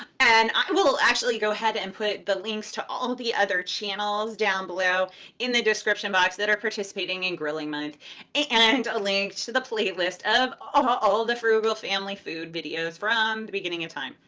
an i will go ahead and put the links to all the other channels down below in the description box that are participating in grilling month and a link to the playlist of all ah all the frugal family food videos from the beginning of time.